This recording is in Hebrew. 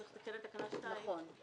צריך לתקן את תקנה 2. נכון,